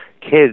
kids